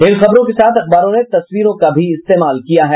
इन खबरों के साथ अखबारों ने तस्वीरों का भी इस्तेमाल किया है